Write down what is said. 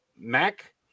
Mac